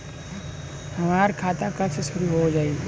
हमार खाता कब से शूरू हो जाई?